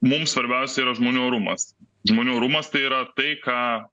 mums svarbiausia yra žmonių orumas žmonių orumas tai yra tai ką